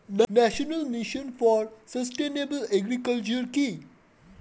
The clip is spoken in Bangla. National mission for sustainable agriculture কি?